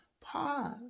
Pause